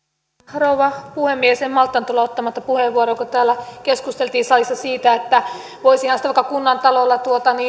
rouva puhemies en malttanut olla ottamatta puheenvuoroa kun täällä salissa keskusteltiin siitä että voisihan sitä vaikka kunnantalolla